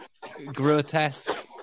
grotesque